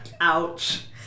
Ouch